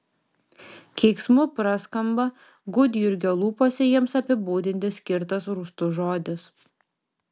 keiksmu praskamba gudjurgio lūpose jiems apibūdinti skirtas rūstus žodis